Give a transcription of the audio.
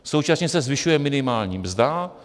Současně se zvyšuje minimální mzda.